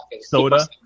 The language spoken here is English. soda